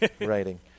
writing